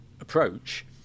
approach